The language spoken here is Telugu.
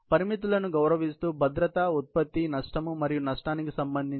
పరిమితులను గౌరవిస్తూ భద్రత ఉత్పత్తి నష్టం మరియు నష్టానికి సంబంధించి